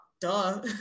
duh